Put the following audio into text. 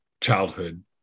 childhood